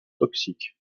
toxiques